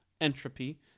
entropy